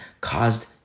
caused